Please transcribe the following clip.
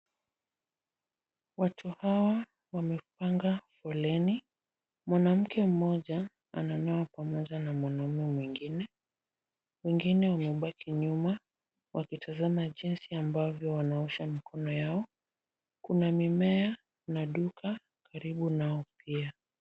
Watu hawa wamepanga foleni. Mwanamke mmoja ananawa pamoja na mwanamme mwingine, wengine wamebaki nyuma wakitazama jinsi ambavyo wanaosha mikono yao. Kuna mimea kuna duka karibu nao pia.